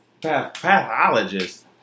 pathologist